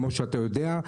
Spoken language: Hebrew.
כמו שאתה יודע,